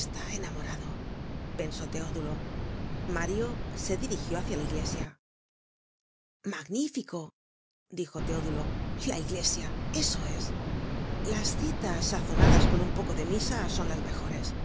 está enamorado pensó teodulo mario se dirigió hácia la iglesia content from google book search generated at magnífico dijo teodulo la iglesia eso es las citas sazonadas con un poco de misa son las mejores